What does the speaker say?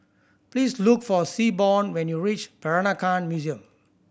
please look for Seaborn when you reach Peranakan Museum